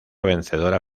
vencedora